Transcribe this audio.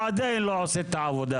הוא עדיין לא עושה את זה העבודה.